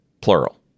plural